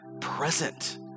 present